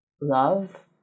love